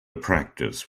practice